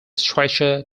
stretcher